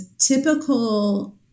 typical